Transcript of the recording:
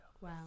Wow